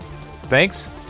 Thanks